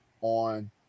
on